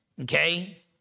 okay